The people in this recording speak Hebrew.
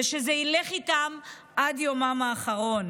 וזה ילך איתם עד יומם האחרון.